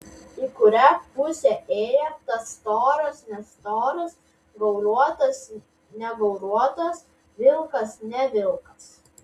į kurią pusę ėjo tas storas nestoras gauruotas negauruotas vilkas ne vilkas